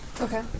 Okay